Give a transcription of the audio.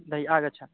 धन्यः आगच्छामि